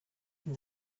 from